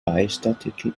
meistertitel